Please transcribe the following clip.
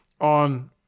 on